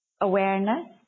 awareness